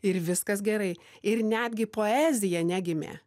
ir viskas gerai ir netgi poezija negimė